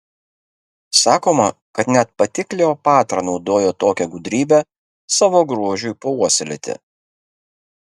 sakoma kad net pati kleopatra naudojo tokią gudrybę savo grožiui puoselėti